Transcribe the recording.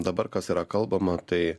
dabar kas yra kalbama tai